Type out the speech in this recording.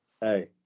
Hey